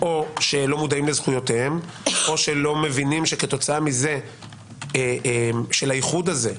או שהם לא מודעים לזכויותיהם או שהם לא מבינים את התוצאה של האיחוד הזה.